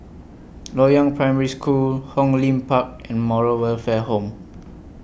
Loyang Primary School Hong Lim Park and Moral Welfare Home